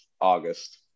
August